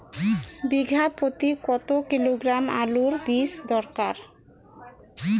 বিঘা প্রতি কত কিলোগ্রাম আলুর বীজ দরকার?